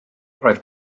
roedd